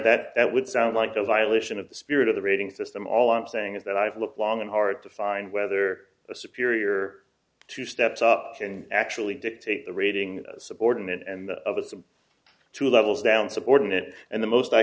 that that would sound like a violation of the spirit of the rating system all i'm saying is that i've looked long and hard to find whether a superior to steps up can actually dictate the rating subordinate and of its two levels down subordinate and the most i